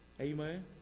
Amen